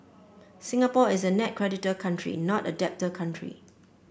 Singapore is a net creditor country not a debtor country